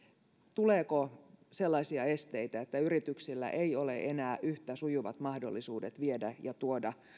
tuleeko sellaisia esteitä että yrityksillä ei ole enää yhtä sujuvat mahdollisuudet viedä ja tuoda